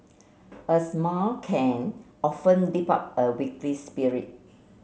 a smile can often lift up a spirit